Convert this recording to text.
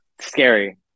Scary